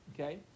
Okay